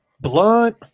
blunt